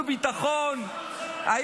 מה זה קשור עכשיו לחוק?